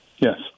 Yes